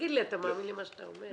תגיד לי, אתה מאמין למה שאתה אומר?